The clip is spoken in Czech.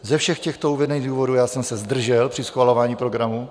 Ze všech těchto uvedených důvodů jsem se zdržel při schvalování programu.